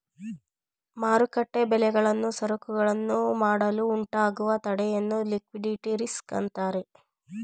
ಮಾರುಕಟ್ಟೆ ಬೆಲೆಗಳು ಸರಕುಗಳನ್ನು ಮಾಡಲು ಉಂಟಾಗುವ ತಡೆಯನ್ನು ಲಿಕ್ವಿಡಿಟಿ ರಿಸ್ಕ್ ಅಂತರೆ